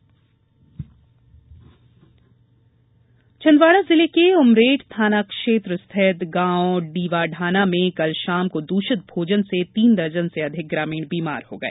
दुषित भोजन छिंदवाड़ा जिले के उमरेठ थाना क्षेत्र स्थित गांव डीवाढाना में कल शाम को दूषित भोजन से तीन दर्जन से अधिक ग्रामीण बीमार हो गए